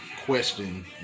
question